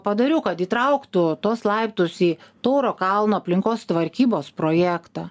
padariau kad įtrauktų tuos laiptus į tauro kalno aplinkos tvarkybos projektą